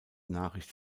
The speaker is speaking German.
nachricht